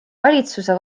valitsuse